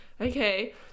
okay